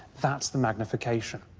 that's the magnification.